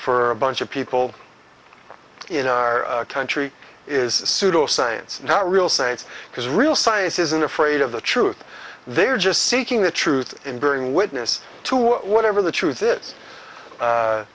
for a bunch of people in a country is pseudoscience not real science because real science isn't afraid of the truth they're just seeking the truth in bearing witness to whatever the truth i